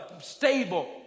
stable